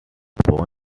born